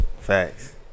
Facts